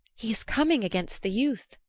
he is coming against the youth.